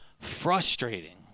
frustrating